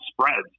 spreads